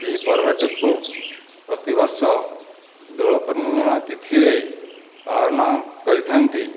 ଏହି ପର୍ବଟିକୁ ପ୍ରତିବର୍ଷ ଦୋଳ ପୂର୍ଣ୍ଣିମା ତିଥିରେ ପାଳନ କରିଥାନ୍ତି